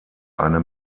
eine